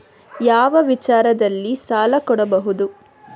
ಯಾವ ವಿಚಾರದಲ್ಲಿ ಸಾಲ ಕೊಡಬಹುದು?